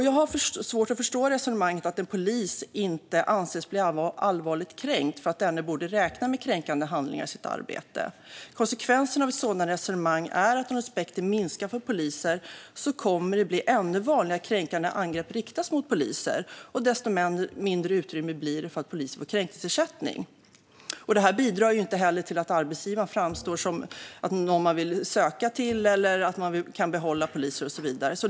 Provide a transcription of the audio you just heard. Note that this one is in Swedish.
Jag har svårt att förstå resonemanget att en polis inte anses bli allvarligt kränkt för att denna borde räkna med kränkande handlingar i sitt arbete. Det blir konsekvenser av ett sådant resonemang: Om respekten minskar för poliser kommer det att bli ännu vanligare att kränkande angrepp riktas mot poliser, och desto mindre utrymme blir det för poliser att få kränkningsersättning. Detta bidrar inte heller till att arbetsgivaren framstår som någon man vill söka till. Det bidrar inte heller till att man kan behålla poliser och så vidare.